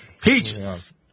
Peaches